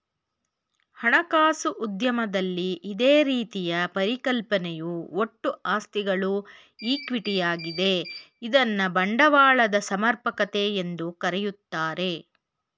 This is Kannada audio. ಹಣಕಾಸು ಉದ್ಯಮದಲ್ಲಿ ಇದೇ ರೀತಿಯ ಪರಿಕಲ್ಪನೆಯು ಒಟ್ಟು ಆಸ್ತಿಗಳು ಈಕ್ವಿಟಿ ಯಾಗಿದೆ ಇದ್ನ ಬಂಡವಾಳದ ಸಮರ್ಪಕತೆ ಎಂದು ಕರೆಯುತ್ತಾರೆ